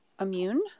immune